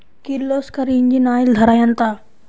Kirloskar engine oil ధర ఎంత?